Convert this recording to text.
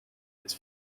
its